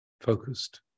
focused